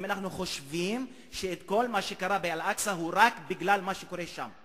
אם אנחנו חושבים שכל מה שקרה באל-אקצא הוא רק בגלל מה שקורה שם.